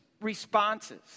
responses